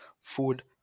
food